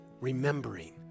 Remembering